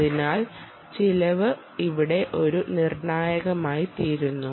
അതിനാൽ ചെലവ് ഇവിടെ ഒരു നിർണായകമായിത്തീരുന്നു